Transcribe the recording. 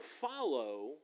follow